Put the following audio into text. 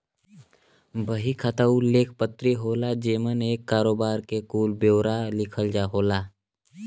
बही खाता उ लेख पत्री होला जेमन एक करोबार के कुल ब्योरा लिखल होला